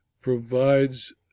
provides